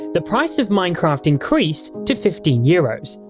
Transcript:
the price of mc increased to fifteen euros,